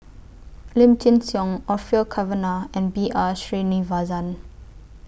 Lim Chin Siong Orfeur Cavenagh and B R Sreenivasan